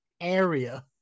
area